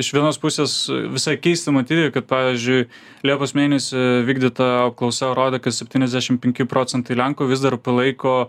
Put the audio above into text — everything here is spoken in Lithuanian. iš vienos pusės visai keista matyti kad pavyzdžiui liepos mėnesį vykdyta apklausa rodė kad septyniasdešim penki procentai lenkų vis dar palaiko